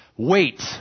Wait